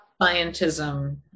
scientism